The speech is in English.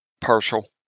Partial